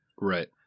Right